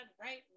right